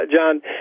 John